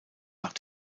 nach